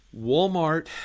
Walmart